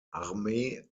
armee